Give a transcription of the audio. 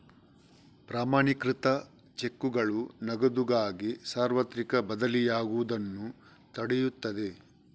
ಪ್ರಮಾಣೀಕೃತ ಚೆಕ್ಗಳು ನಗದುಗಾಗಿ ಸಾರ್ವತ್ರಿಕ ಬದಲಿಯಾಗುವುದನ್ನು ತಡೆಯುತ್ತದೆ